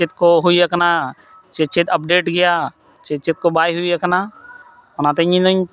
ᱪᱮᱫᱠᱚ ᱦᱩᱭᱟᱠᱟᱱᱟ ᱥᱮ ᱪᱮᱫ ᱟᱯᱰᱮᱴ ᱜᱮᱭᱟ ᱥᱮ ᱪᱮᱫᱠᱚ ᱵᱟᱭ ᱦᱩᱭᱟᱠᱟᱱᱟ ᱚᱱᱟᱛᱮ ᱤᱧᱫᱩᱧ